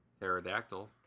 Pterodactyl